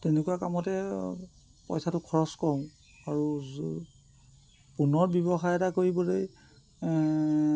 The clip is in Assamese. তেনেকুৱা কামতে পইচাটো খৰচ কৰোঁ আৰু পুনৰ ব্যৱসায় এটা কৰিবলৈ